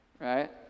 right